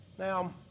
Now